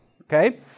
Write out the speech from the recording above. okay